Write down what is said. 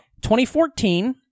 2014